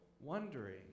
wondering